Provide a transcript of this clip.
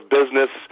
business